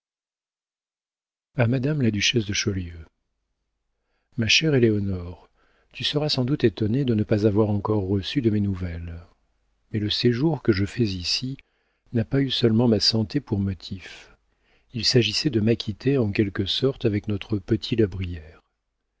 madame la duchesse de chaulieu ma chère éléonore tu seras sans doute étonnée de ne pas avoir encore reçu de mes nouvelles mais le séjour que je fais ici n'a pas eu seulement ma santé pour motif il s'agissait de m'acquitter en quelque sorte avec notre petit la